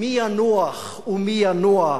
מי ינוח ומי ינוע.